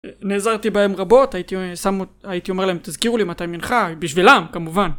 נעזרתי בהם רבות, הייתי אומר להם תזכירו לי מתי מנחה, בשבילם כמובן